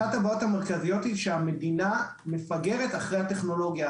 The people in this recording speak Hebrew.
אחת הבעיות המרכזיות היא שהמדינה מפגרת אחרי הטכנולוגיה,